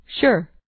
Sure